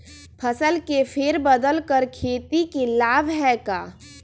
फसल के फेर बदल कर खेती के लाभ है का?